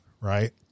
right